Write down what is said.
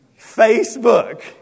Facebook